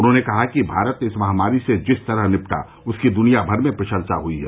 उन्होंने कहा कि भारत इस महामारी से जिस तरह निपटा उसकी दुनियाभर में प्रशंसा हुई है